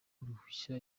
uruhushya